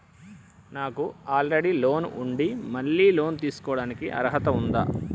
నాకు already loan ఉండి మళ్ళీ లోన్ తీసుకోవడానికి అర్హత ఉందా?